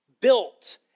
built